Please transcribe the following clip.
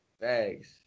Thanks